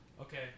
Okay